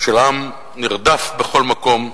של עם נרדף בכל מקום,